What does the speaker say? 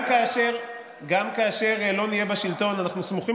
גם כאשר לא נהיה בשלטון אנחנו סמוכים